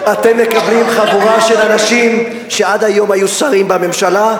אתם מקבלים חבורה של אנשים שעד היום היו שרים בממשלה.